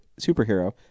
superhero